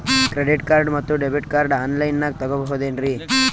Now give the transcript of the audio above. Credit card ಮತ್ತು debit card ಆನ್ ಲೈನಾಗ್ ತಗೋಬಹುದೇನ್ರಿ?